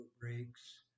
breaks